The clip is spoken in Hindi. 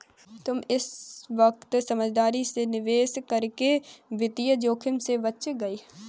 तुम इस वक्त समझदारी से निवेश करके वित्तीय जोखिम से बच गए